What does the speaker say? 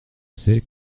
c’est